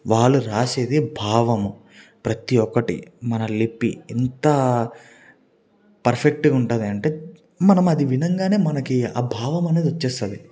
వాళ్ళు రాసేది భావము ప్రతి ఒక్కటి మన లిపి ఎంత పర్ఫెక్టుగా ఉంటదంటే మనం అది వినంగానే మనకి ఆ భావం అనేది వచ్చేస్తుంది